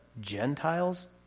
Gentiles